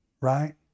right